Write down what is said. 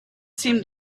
seemed